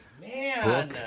Man